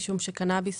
--- לקנאביס